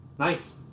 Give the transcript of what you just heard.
Nice